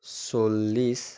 চল্লিছ